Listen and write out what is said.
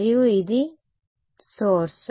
మరియు ఇది సోర్స్